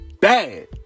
bad